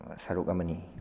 ꯁꯔꯨꯛ ꯑꯃꯅꯤ